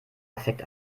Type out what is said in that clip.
effekt